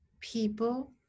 people